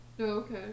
okay